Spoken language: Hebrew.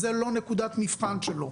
זאת לא נקודת מבחן שלו.